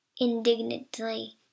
indignantly